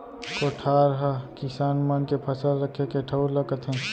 कोठार हकिसान मन के फसल रखे के ठउर ल कथें